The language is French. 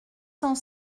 cent